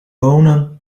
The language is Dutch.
bonen